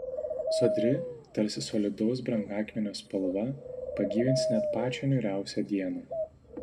sodri tarsi solidaus brangakmenio spalva pagyvins net pačią niūriausią dieną